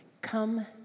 come